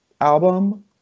Album